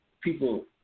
people